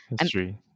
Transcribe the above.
history